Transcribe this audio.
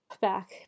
back